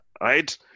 right